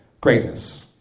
greatness